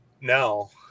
No